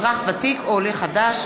אזרח ותיק או עולה חדש),